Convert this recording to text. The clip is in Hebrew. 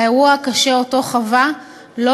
האירוע הקשה שחווה לא